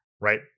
right